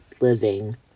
living